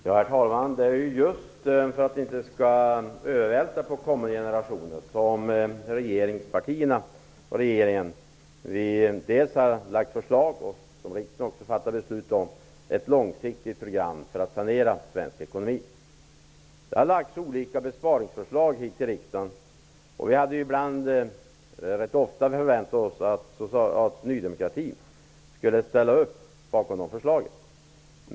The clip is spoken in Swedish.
Herr talman! Det är just för att vi inte skall vältra över på kommande generationer som regeringspartierna och regeringen har lagt fram förslag, som riksdagen har bifallit, om ett långsiktigt program för att sanera svensk ekonomi. Det har framlagts olika besparingsförslag för riksdagen. Vi hade förväntat oss att Ny demokrati skulle ställa upp bakom dessa förslag.